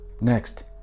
Next